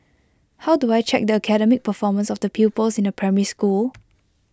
how do I check the academic performance of the pupils in A primary school